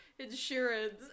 insurance